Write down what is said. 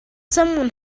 someone